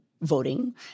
voting